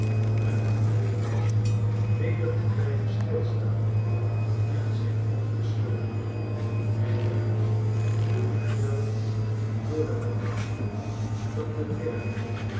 en vervolgens weder te blijven stilstaan en zijn hoofd te schudden hij werd nu gekweld door de gedachte dat de dwerg